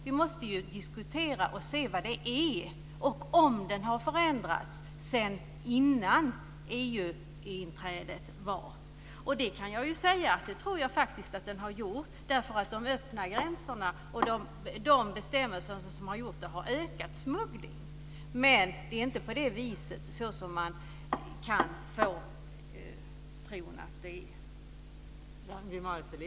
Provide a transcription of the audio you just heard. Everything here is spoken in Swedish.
Vi måste diskutera vad det är fråga om och om det har skett förändringar efter EU inträdet. Jag tror faktiskt att det är så, för de öppna gränserna har ökat smugglingen, men det ligger inte till så som man kan få ett intryck av här.